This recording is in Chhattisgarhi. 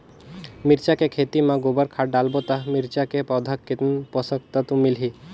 मिरचा के खेती मां गोबर खाद डालबो ता मिरचा के पौधा कितन पोषक तत्व मिलही?